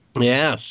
yes